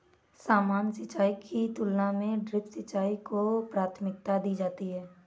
सामान्य सिंचाई की तुलना में ड्रिप सिंचाई को प्राथमिकता दी जाती है